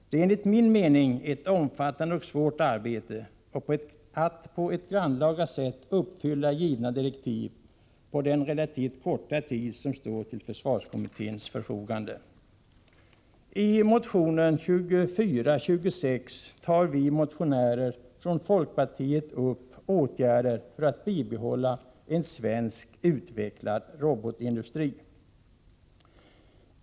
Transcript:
Det är enligt min mening ett omfattande och svårt arbete att på den relativt korta tid som står till försvarskommitténs förfogande på ett grannlaga sätt uppfylla givna direktiv. I motionen 2426 föreslår vi motionärer från folkpartiet olika åtgärder för att bibehålla en svensk utvecklande robotindustri.